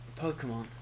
Pokemon